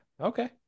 Okay